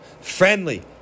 Friendly